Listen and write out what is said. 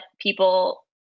people